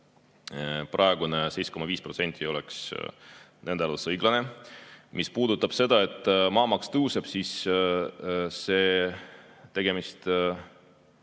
Praegune 7,5% oleks nende arvates õiglane. Mis puudutab seda, et maamaks tõuseb, siis tegemist